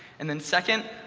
and then second,